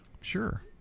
Sure